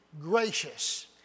gracious